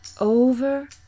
Over